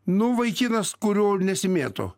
nu vaikinas kurio nesimėto